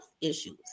issues